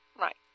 right